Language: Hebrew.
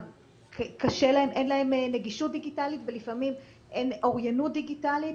אין להם נגישות דיגיטלית ולפעמים אין אוריינות דיגיטלית,